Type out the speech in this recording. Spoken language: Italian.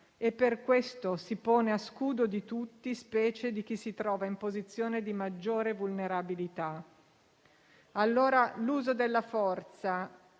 e per questo si pone a scudo di tutti, specie di chi si trova in posizione di maggiore vulnerabilità. L'uso della forza,